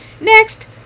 Next